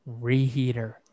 reheater